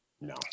No